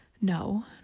no